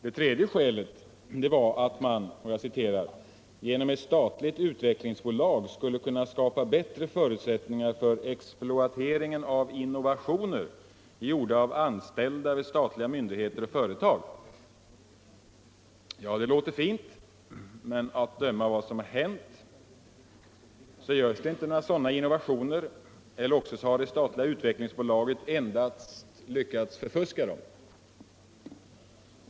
Det tredje skälet var att ”man genom ett statligt utvecklingsbolag skulle kunna skapa bättre förutsättningar för exploatering av innovationer gjorda av anställda vid statliga myndigheter och företag”. Det låter fint men att döma av vad som hänt görs det inte några sådana innovationer eller också har det statliga utvecklingsbolaget endast lyckats förfuska dem.